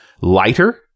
lighter